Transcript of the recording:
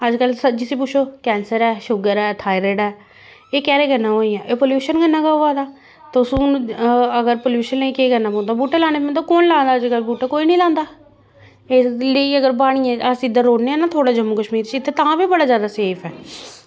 अज्जकल जिसी पुच्छो कैंसर ऐ शुगर ऐ थायरड ऐ एह् केह्दे कन्नै होएआ एह् प्लयूशन कन्नै गै होआ दा तुस हून अगर पल्यूशन गी केह् करना पौंदा बूह्टे लाने पौंदे कुन ला दा अज्जकल बूह्टे कोई निं लांदा इसलेई अगर बाड़ियें अगर अस इद्धर रौह्न्नें आं थोह्ड़ा जम्मू कस्मीर च इत्थै तां बी बड़ा जादा सेफ ऐ